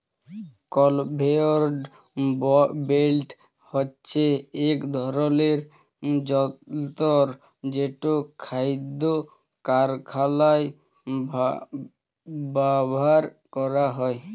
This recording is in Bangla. কলভেয়র বেল্ট হছে ইক ধরলের যল্তর যেট খাইদ্য কারখালায় ব্যাভার ক্যরা হ্যয়